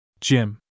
Jim